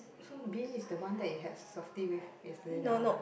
so B is the one that you had softee with yesterday that one ah